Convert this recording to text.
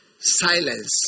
silence